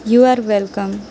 you are welcome